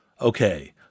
Okay